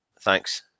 thanks